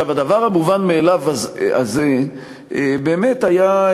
הדבר המובן מאליו הזה באמת היה,